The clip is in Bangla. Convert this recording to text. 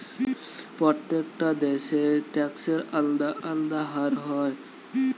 প্রত্যেকটা দেশে ট্যাক্সের আলদা আলদা হার হয়